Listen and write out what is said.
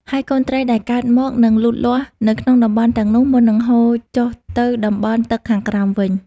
ហើយកូនត្រីដែលកើតមកនឹងលូតលាស់នៅក្នុងតំបន់ទាំងនោះមុននឹងហូរចុះទៅតំបន់ទឹកខាងក្រោមវិញ។